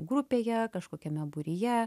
grupėje kažkokiame būryje